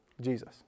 Jesus